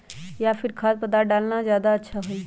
या फिर खाद्य पदार्थ डालना ज्यादा अच्छा होई?